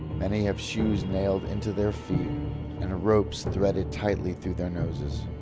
many have shoes nailed into their feet and ropes threaded tightly through their noses.